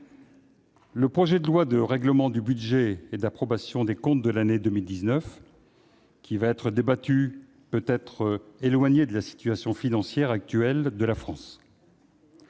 Le projet de loi de règlement du budget et d'approbation des comptes de l'année 2019 qui va être débattu peut paraître éloigné de la situation financière actuelle de la France.